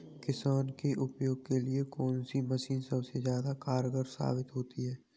किसान के उपयोग के लिए कौन सी मशीन सबसे ज्यादा कारगर साबित होती है?